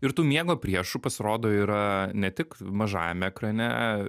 ir tų miego priešų pasirodo yra ne tik mažajam ekrane